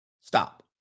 Stop